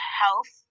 health